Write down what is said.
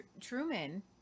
Truman